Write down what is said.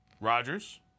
Rodgers